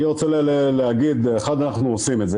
אני רוצה להגיד איך אנחנו עושים את זה.